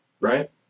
right